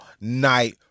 night